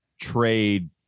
trade